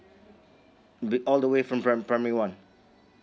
all the way from pri~ primary one